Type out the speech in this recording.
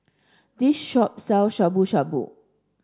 this shop sell Shabu Shabu